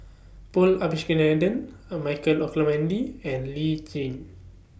Paul Abisheganaden A Michael Olcomendy and Lee Tjin